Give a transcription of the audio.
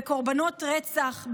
בקורבנות רצח,